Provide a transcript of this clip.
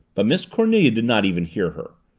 but miss cornelia did not even hear her.